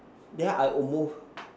then I almost